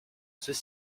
ceux